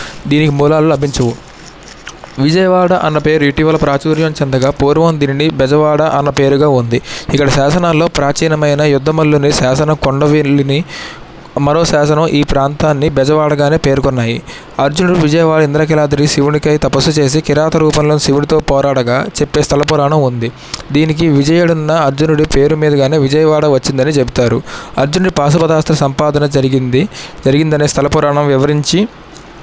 దీనికి మూలాలు లభించవు విజయవాడ అన్న పేరు ఇటీవల ప్రచుర్యం చందగా పూర్వం దీనిని బెజవాడ అన్న పేరుగా ఉంది ఇక్కడ శాసనాల్లో ప్రాచీనమైన యుద్ధమల్లుని శాసన కొండవీరుల్ని మరో శాసనం ఈ ప్రాంతాన్ని బెజవాడగానే పేర్కొన్నాయి అర్జునుడు విజయవాడ ఇంద్రకీలాద్రి శివునికై తపస్సు చేసి కిరాత రూపంలో శివుడితో పోరాడుగా చెప్పే స్థలపురాణం ఉంది దీనికి విజేయుడు ఉన్న అర్జునుడి పేరు మీద కాని విజయవాడ వచ్చిందని చెబుతారు అర్జునుడి పాశుపత అస్త్ర సంపాదన జరిగింది జరిగిందనే స్థల పురాణం వివరించి